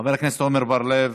חבר הכנסת עמר בר-לב,